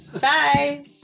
bye